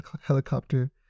helicopter